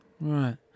Right